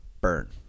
burn